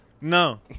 No